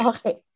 Okay